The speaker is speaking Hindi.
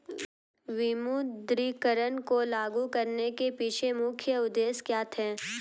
विमुद्रीकरण को लागू करने के पीछे मुख्य उद्देश्य क्या थे?